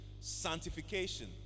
sanctification